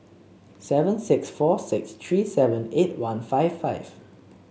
seven six four six three seven eight one five five